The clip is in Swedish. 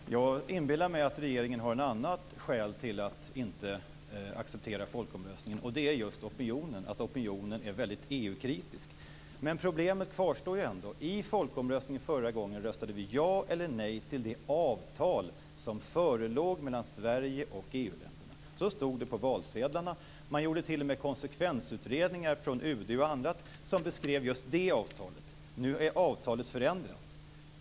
Fru talman! Jag inbillar mig att regeringen har ett annat skäl till att inte acceptera folkomröstningen, och det är just att opinionen är väldigt EU-kritisk. Men problemet kvarstår ändå. I folkomröstningen röstade vi ja eller nej till det avtal som förelåg mellan Sverige och EU-länderna. Så stod det på valsedlarna. UD och andra gjorde t.o.m. konsekvensutredningar som beskrev just det avtalet. Nu är avtalet förändrat.